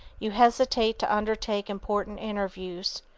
you hesitate to undertake important interviews.